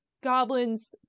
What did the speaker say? goblins